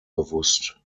bewusst